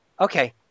okay